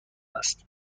است